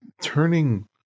turning